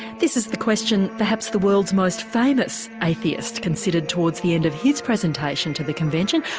this is the question perhaps the world's most famous atheist considered towards the end of his presentation to the convention,